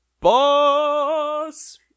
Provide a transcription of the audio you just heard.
boss